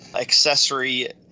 accessory